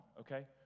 okay